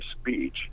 speech